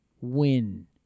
win